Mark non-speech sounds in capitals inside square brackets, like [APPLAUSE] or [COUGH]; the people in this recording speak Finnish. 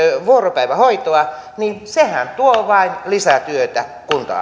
vuoropäivähoitoa niin sehän tuo vain lisää työtä kunta [UNINTELLIGIBLE]